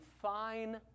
fine